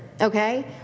Okay